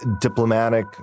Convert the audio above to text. diplomatic